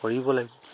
কৰিব লাগিব